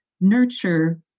nurture